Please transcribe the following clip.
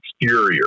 exterior